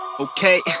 Okay